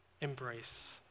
embrace